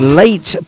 late